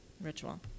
ritual